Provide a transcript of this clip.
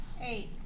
Eight